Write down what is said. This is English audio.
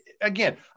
again